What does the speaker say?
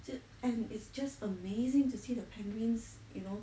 it and it's just amazing to see the penguins you know